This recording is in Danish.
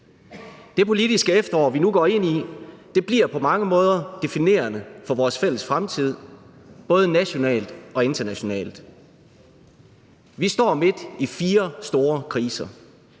Det politiske efterår, vi nu går ind i, bliver på mange måder definerende for vores fælles fremtid, både nationalt og internationalt. Vi står midt i fire store kriser: